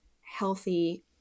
healthy